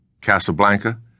Casablanca